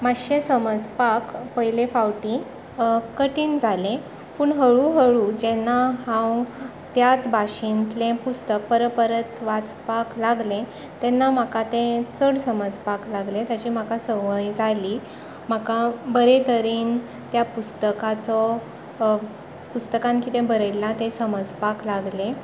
मातशें समजपाक पयले फावटी कठिण जाले पूण हळू हळू जेन्ना हांव त्यात भाशेंतलें पुस्तक परत परत वाचपाक लागलें तेन्ना म्हाका तें चड समजपाक लागलें ताची म्हाका सवय जाली म्हाका बरें तरेन त्या पुस्तकाचो पुस्तकांत किदें बरयलां तें समजपाक लागलें